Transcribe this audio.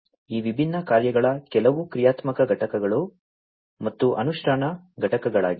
ಈ ವಿಭಿನ್ನ ಕಾರ್ಯಗಳ ಕೆಲವು ಕ್ರಿಯಾತ್ಮಕ ಘಟಕಗಳು ಮತ್ತು ಅನುಷ್ಠಾನ ಘಟಕಗಳಿವೆ